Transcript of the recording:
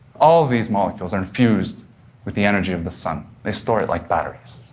all of these molecules are infused with the energy of the sun. they store it like batteries.